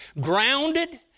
grounded